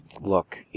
look